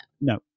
No